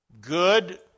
Good